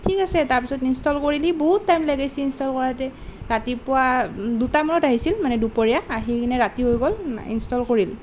ঠিক আছে তাৰ পিছত ইনষ্টল কৰিলে বহুত টাইম লগাইছে ইনষ্টল কৰোঁতে ৰাতিপুৱা দুটা মানত আহিছিল মানে দুপৰীয়া আহি কিনে ৰাতি হৈ গ'ল ইনষ্টল কৰিল